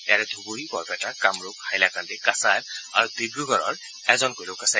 ইয়াৰে ধুবুৰী বৰপেটা কামৰূপ হাইলাকান্দি কাছাৰ আৰু ডিব্ৰুগড়ৰ এজনকৈ লোক আছে